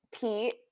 pete